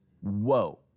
Whoa